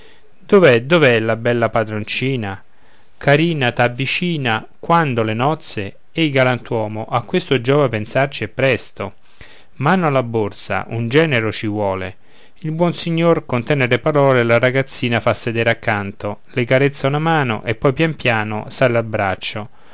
dov'è dov'è la bella padroncina carina t'avvicina quando le nozze ehi galantuomo a questo giova pensarci e presto mano alla borsa un genero ci vuole il buon signor con tenere parole la ragazzina fa sedere accanto le carezza una mano e poi pian piano sale